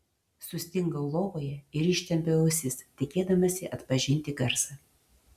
sustingau lovoje ir ištempiau ausis tikėdamasi atpažinti garsą